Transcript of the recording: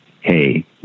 Hey